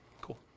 Cool